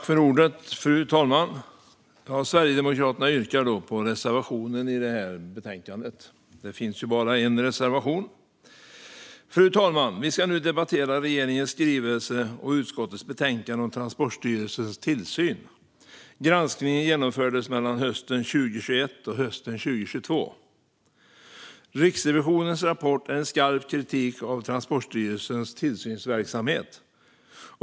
Fru talman! Sverigedemokraterna yrkar bifall till reservationen i betänkandet. Fru talman! Vi ska nu debattera regeringens skrivelse och utskottets betänkande om Transportstyrelsens tillsyn. Riksrevisionens granskning genomfördes mellan hösten 2021 och hösten 2022. Riksrevisionens rapport är en skarp kritik av Transportstyrelsens tillsynsverksamhet.